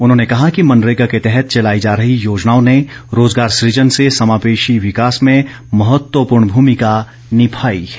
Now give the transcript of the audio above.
उन्होंने कहा कि मनरेगा के तहत चलाई जा रही योजनाओं ने रोज़गार सुजन से समावेशी विकास में महत्वपूर्ण भूमिका निभाई है